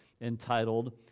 entitled